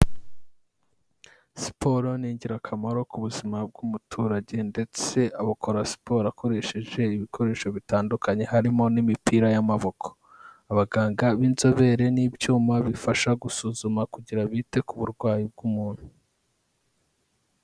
Siporo ni ingirakamaro ku buzima bw'umuturage ndetse abukora siporo akoresheje ibikoresho bitandukanye harimo n'imipira y'amaboko abaganga b'inzobere n'ibyuma bifasha gusuzuma kugira bite ku burwayi bw'umuntu.